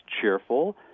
cheerful